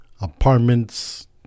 apartments